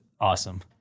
awesome